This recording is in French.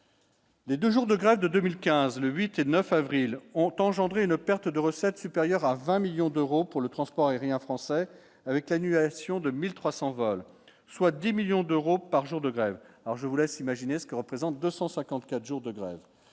Les 2 jours de grève de 2015 le 8 et 9 avril ont engendré une perte de recettes supérieures à 20 millions d'euros pour le transport aérien français avec annulation de 1300 vols, soit 10 millions d'euros par jour de grève, alors je vous laisse imaginer ce qu'. Présente 254 jours de grève